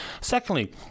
Secondly